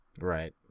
Right